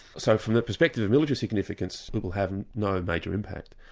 so from the perspective of military significance, it will have no major impact.